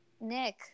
nick